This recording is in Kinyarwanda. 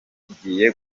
kigiye